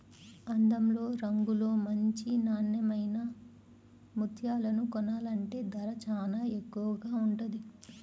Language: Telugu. అందంలో, రంగులో మంచి నాన్నెమైన ముత్యాలను కొనాలంటే ధర చానా ఎక్కువగా ఉంటది